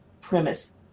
premise